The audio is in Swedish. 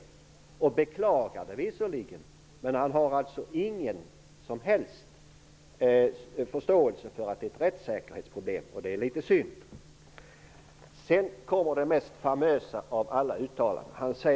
Han beklagar det visserligen, men han har inte någon som helst förståelse för att det är ett rättssäkerhetsproblem. Det är litet synd. Sedan kommer det mest famösa av alla uttalanden.